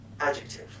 Adjective